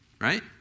Right